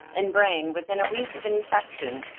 and brain within a week of infection.